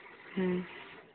ꯎꯝ